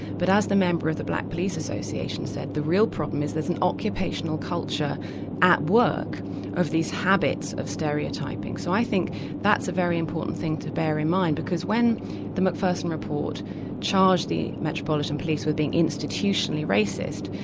but as the member of the black police association said, the real problem is there's an occupational culture at work of these habits of stereotyping. so i think that's a very important thing to bear in mind, because when the macpherson report charged the metropolitan police with being institutionally racist,